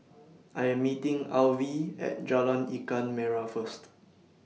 I Am meeting Alvy At Jalan Ikan Merah First